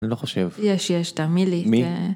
לא חושב יש יש את המילים.